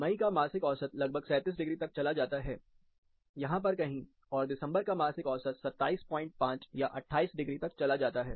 माई का मासिक औसत लगभग 37 डिग्री तक चला जाता है यहां पर कहीं और दिसंबर का मासिक औसत 275 या 28 डिग्री तक चला जाता है